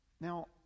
Now